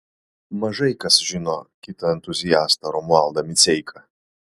mažai kas žino kitą entuziastą romualdą miceiką